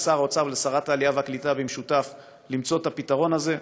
אל שר האוצר ואל שרת העלייה והקליטה למצוא במשותף את הפתרון לזה.